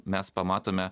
mes pamatome